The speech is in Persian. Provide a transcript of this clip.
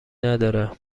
نداره